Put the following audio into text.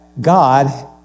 God